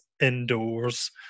indoors